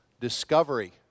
discovery